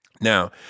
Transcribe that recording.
Now